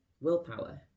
willpower